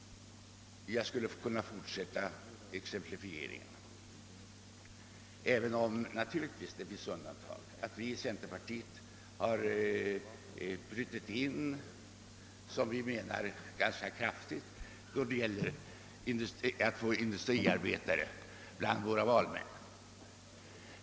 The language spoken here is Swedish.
Jag skulle kunna fortsätta exemplifieringen. Det finns naturligtvis undantag — vi har t.ex. inom centerpartiet, såsom vi menar ganska kraftigt, brutit in i industriarbetarnas led.